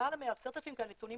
יש נתונים